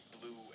blue